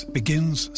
begins